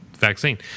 vaccine